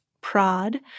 prod